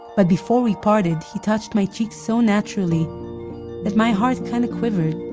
but before we parted he touched my cheek so naturally that my heart kind of quivered.